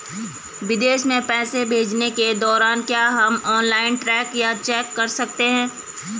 विदेश में पैसे भेजने के दौरान क्या हम ऑनलाइन ट्रैक या चेक कर सकते हैं?